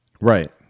Right